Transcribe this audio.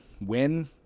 win